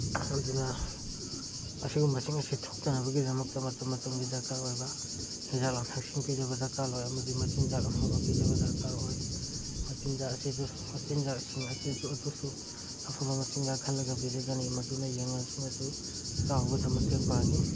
ꯑꯗꯨꯅ ꯑꯁꯤꯒꯨꯝꯕꯁꯤꯡ ꯑꯁꯤ ꯊꯣꯛꯇꯅꯕꯒꯤꯗꯃꯛꯇ ꯃꯇꯝ ꯃꯇꯝꯒꯤ ꯗꯔꯀꯥꯔ ꯑꯣꯏꯕ ꯍꯤꯗꯥꯛ ꯂꯥꯡꯊꯛꯁꯤꯡ ꯄꯤꯖꯕ ꯗꯔꯀꯥꯔ ꯑꯣꯏ ꯑꯃꯗꯤ ꯃꯆꯤꯟꯆꯥꯛ ꯑꯐꯕ ꯄꯤꯖꯕ ꯗꯔꯀꯥꯔ ꯑꯣꯏ ꯃꯆꯤꯟꯆꯥꯛ ꯑꯁꯤꯁꯨ ꯃꯆꯤꯟꯆꯥꯛꯁꯤꯡ ꯑꯁꯤꯁꯨ ꯑꯗꯨꯁꯨ ꯑꯐꯕ ꯃꯆꯤꯟꯆꯥꯛ ꯈꯜꯂꯒ ꯄꯤꯖꯒꯅꯤ ꯃꯗꯨꯅ ꯌꯦꯟ ꯉꯥꯅꯨꯁꯤꯡ ꯑꯗꯨ ꯆꯥꯎꯕꯗ ꯃꯇꯦꯡ ꯄꯥꯡꯉꯤ